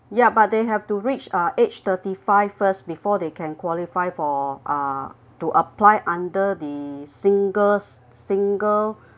yeah but they have to reach uh age thirty five first before they can qualify for uh to apply under the singles single